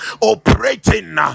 operating